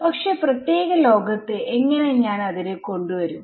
പക്ഷെ പ്രത്യേക ലോകത്ത് എങ്ങനെ ഞാൻ അതിനെ കൊണ്ട് വരും